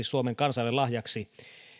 suomen kansalle lahjaksi